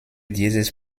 dieses